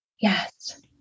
Yes